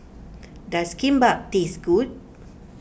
does Kimbap taste good